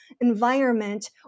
environment